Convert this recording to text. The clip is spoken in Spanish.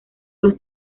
los